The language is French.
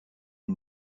une